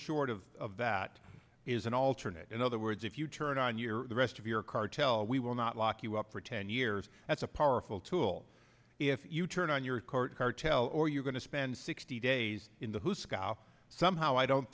short of that is an alternate in other words if you turn on your the rest of your cartel we will not lock you up for ten years that's a powerful tool if you turn on your court cartel or you're going to spend sixty days in the hoosegow somehow i don't